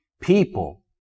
people